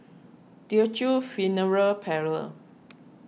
Teochew Funeral Parlour